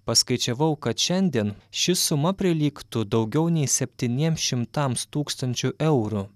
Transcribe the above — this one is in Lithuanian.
paskaičiavau kad šiandien ši suma prilygtų daugiau nei septyniems šimtams tūkstančių eurų